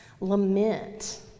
lament